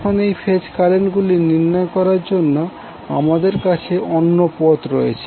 এখন এই phase current গুলি নির্ণয় করার জন্য আমাদের কাছে অন্য পথ রয়েছে